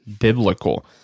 biblical